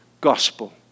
gospel